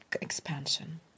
expansion